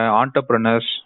entrepreneurs